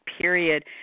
period